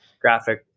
graphic